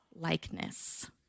likeness